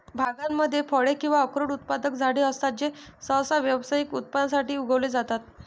बागांमध्ये फळे किंवा अक्रोड उत्पादक झाडे असतात जे सहसा व्यावसायिक उत्पादनासाठी उगवले जातात